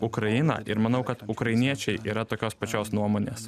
ukrainą ir manau kad ukrainiečiai yra tokios pačios nuomonės